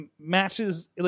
matches